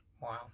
Wow